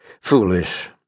Foolish